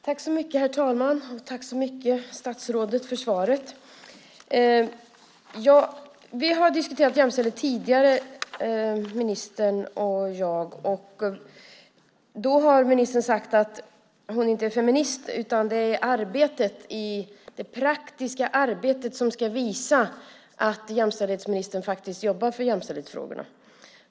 Herr talman! Tack, statsrådet, för svaret. Ministern och jag har diskuterat jämställdhet tidigare. Då har ministern sagt att hon inte är feminist utan att det är det praktiska arbetet som ska visa att jämställdhetsministern jobbar för jämställdhetsfrågorna.